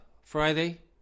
Friday